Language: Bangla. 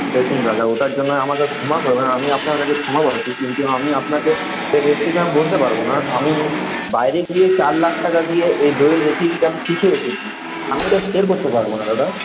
দেখুন দাদা ওটার জন্য আমাকে ক্ষমা করবেন আমি আপনার কাছে ক্ষমাপ্রার্থী কিন্তু আমি আপনাকে এর রেসিপি আমি বলতে পারব না আমি বাইরে গিয়ে চার লাখ টাকা দিয়ে এই দইয়ের রেসিপিটা আমি শিখে এসেছি আমি এটা শেয়ার করতে পারব না দাদা